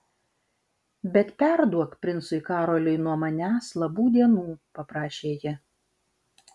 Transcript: bet perduok princui karoliui nuo manęs labų dienų paprašė ji